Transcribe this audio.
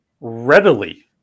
readily